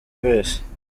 wese